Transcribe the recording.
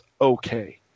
okay